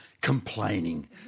complaining